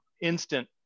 instant